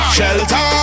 Shelter